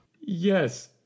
Yes